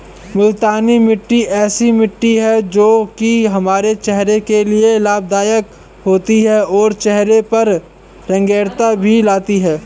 मूलतानी मिट्टी ऐसी मिट्टी है जो की हमारे चेहरे के लिए लाभदायक होती है और चहरे पर रंगत भी लाती है